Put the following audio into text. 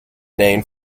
named